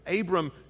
Abram